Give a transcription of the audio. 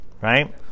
right